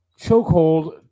chokehold